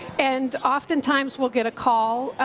and oftentimes we'll get a call,